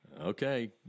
okay